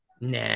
nah